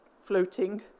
floating